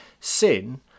sin